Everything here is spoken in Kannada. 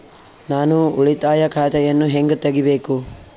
ನಾನು ಉಳಿತಾಯ ಖಾತೆಯನ್ನು ಹೆಂಗ್ ತಗಿಬೇಕು?